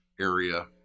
area